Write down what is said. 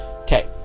okay